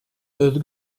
özgü